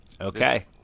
okay